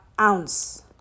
ounce